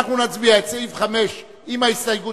אנחנו נצביע על סעיף 5 עם ההסתייגות